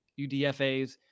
UDFAs